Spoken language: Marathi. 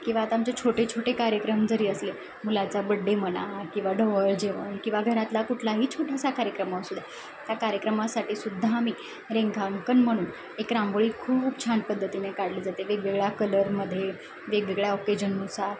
किंवा आता आमचे छोटे छोटे कार्यक्रम जरी असले मुलाचा बड्डे म्हणा किंवा डोहाळजेवण किंवा घरातला कुठलाही छोटासा कार्यक्रम असू द्या त्या कार्यक्रमासाठी सुद्धा आम्ही रेखांकन म्हणून एक रांगोळी खूप छान पद्धतीने काढली जाते वेगवेगळ्या कलरमध्ये वेगवेगळ्या ओकेजननुसार